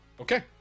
Okay